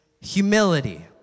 humility